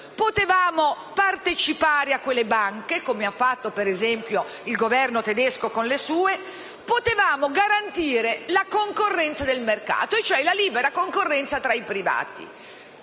potevamo partecipare a quelle banche, come ha fatto per esempio il Governo tedesco con le sue; potevamo garantire la concorrenza del mercato, e cioè la libera concorrenza tra i privati.